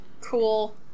Cool